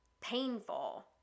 painful